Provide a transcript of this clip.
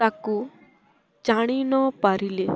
ତାକୁ ଜାଣି ନ ପାରିଲେ